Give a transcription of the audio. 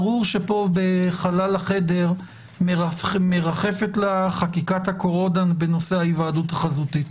ברור שפה בחלל החדר מרחפת לה חקיקת הקורונה בנושא ההיוועדות החזותית.